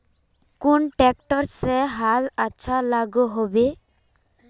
कुन ट्रैक्टर से हाल अच्छा लागोहो होबे?